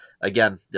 again